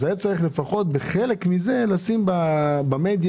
היה צריך לפחות בחלק מזה לשים במדיה